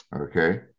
Okay